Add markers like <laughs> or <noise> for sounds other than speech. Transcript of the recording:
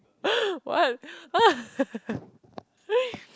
<laughs> what <laughs>